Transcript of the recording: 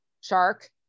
shark